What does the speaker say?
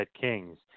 kings